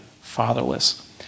fatherless